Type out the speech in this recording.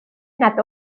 nad